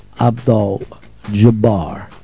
Abdul-Jabbar